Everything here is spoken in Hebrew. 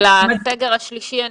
של הסגר השלישי,